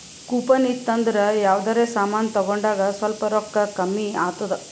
coupon ಇತ್ತು ಅಂದುರ್ ಯಾವ್ದರೆ ಸಮಾನ್ ತಗೊಂಡಾಗ್ ಸ್ವಲ್ಪ್ ರೋಕ್ಕಾ ಕಮ್ಮಿ ಆತ್ತುದ್